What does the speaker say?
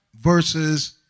versus